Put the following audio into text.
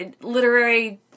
literary